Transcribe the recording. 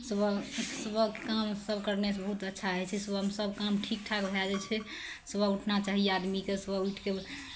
सुबह सुबहके कामसभ करनेसँ बहुत अच्छा होइ छै सुबहमे सभ काम ठीक ठाक भए जाइ छै सुबह उठना चाही आदमीकेँ सुबह उठि कऽ